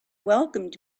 welcomed